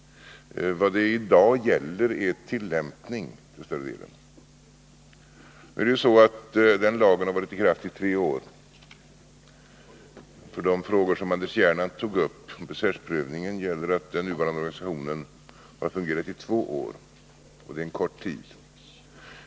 Vad det i dag gäller är tillämpningen. Denna lag har varit i kraft i tre år. För de frågor beträffande besvär som Anders Gernandt tog upp gäller att den nuvarande organisationen har fungerat i två år, och det är en kort tid.